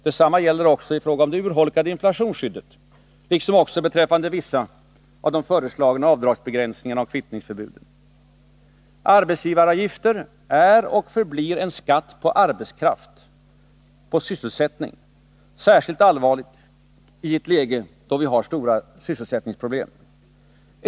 Detsamma gäller i fråga om det urholkade inflationsskyddet, liksom också beträffande vissa av de föreslagna avdragsbegränsningarna och kvittningsförbuden. Arbetsgivaravgifter är och förblir en skatt på arbetskraft, på sysselsättning, särskilt allvarliga i ett läge med stora sysselsättningsproblem.